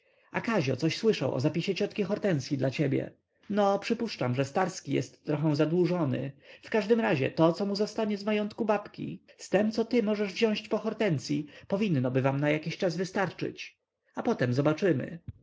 a kazio coś słyszał o zapisie ciotki hortensyi dla ciebie no przypuszczam że starski jest trochę zadłużony w każdym razie to co mu zostanie z majątku babki z tem co ty możesz wziąć po hortensyi powinnoby wam na jakiś czas wystarczyć a później zobaczymy